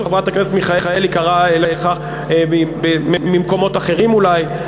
חברת הכנסת מיכאלי קראה לכך ממקומות אחרים אולי.